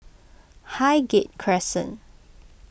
Highgate Crescent